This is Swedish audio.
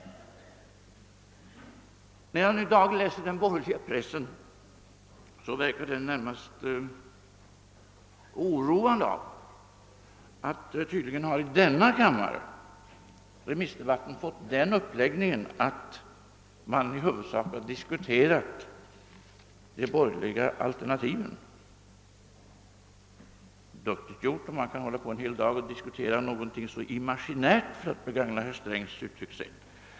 När jag i dag läser den borgerliga pressen finner jag att den närmast är oroad av att remissdebatten i andra kammaren tydligen har fått den uppläggningen att man i huvudsak har diskuterat de borgerliga alternativen. Det är duktigt gjort om man en hel dag kan hålla på med att diskutera något så imaginärt — för att begagna herr Strängs uttryck.